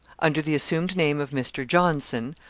under the assumed name of mr. johnson,